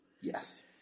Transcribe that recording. Yes